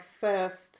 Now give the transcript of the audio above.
first